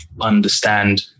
understand